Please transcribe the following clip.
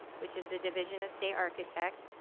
which is the division of state architect,